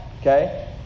Okay